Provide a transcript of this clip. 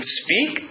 speak